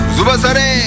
Zubasare